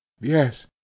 Yes